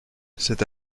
cet